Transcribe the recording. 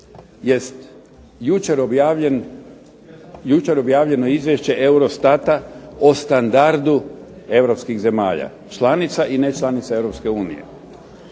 jest jučer objavljeno izvješće Eurostata o standardu europskih zemalja, članica i ne članica EU.